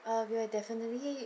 uh we'll definitely